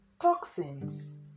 Toxins